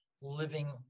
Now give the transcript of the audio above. living